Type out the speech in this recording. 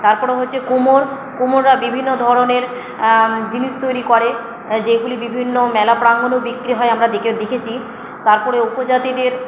তারপর হচ্ছে কুমোর কুমোররা বিভিন্ন ধরনের জিনিস তৈরি করে যেগুলি বিভিন্ন মেলা প্রাঙ্গনেও বিক্রি হয় আমরা দেখেছি তারপরে উপজাতিদের